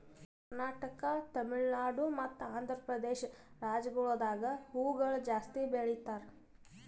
ಕರ್ನಾಟಕ, ತಮಿಳುನಾಡು ಮತ್ತ ಆಂಧ್ರಪ್ರದೇಶ ರಾಜ್ಯಗೊಳ್ದಾಗ್ ಹೂವುಗೊಳ್ ಜಾಸ್ತಿ ಬೆಳೀತಾರ್